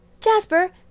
Jasper